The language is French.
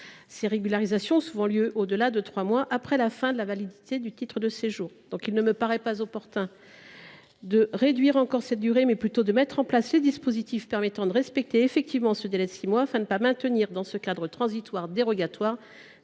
Ces régularisations ont souvent lieu au delà de trois mois après la fin de la validité du titre de séjour. Il me paraît opportun non pas de réduire encore cette durée, mais plutôt de mettre en place les dispositifs permettant de respecter effectivement ce délai de six mois, afin de ne pas maintenir dans ce cadre transitoire dérogatoire